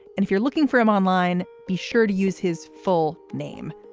and if you're looking for him online, be sure to use his full name.